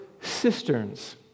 cisterns